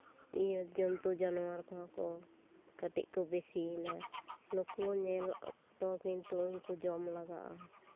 ᱤᱭᱟᱹ ᱡᱚᱱᱛᱩ ᱡᱟᱱᱣᱟᱨ ᱠᱚᱦᱚᱸ ᱠᱚ ᱠᱟᱹᱴᱤᱡ ᱠᱚ ᱵᱮᱥᱤᱭᱮᱱᱟ ᱱᱩᱠᱩ ᱧᱮᱞ ᱚᱠᱛᱚ ᱠᱤᱱᱛᱩ ᱩᱱᱠᱩ ᱡᱚᱢ ᱞᱟᱜᱟᱜᱼᱟ